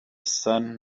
sun